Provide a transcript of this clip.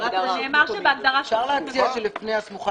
זה נאמר בהגדרה של רשות מקומית.